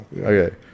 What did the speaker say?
okay